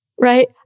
right